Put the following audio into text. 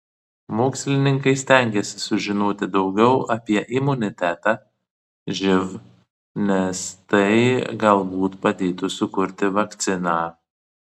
mokslininkai stengiasi sužinoti daugiau apie imunitetą živ nes tai galbūt padėtų sukurti vakciną